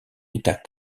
état